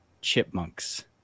chipmunks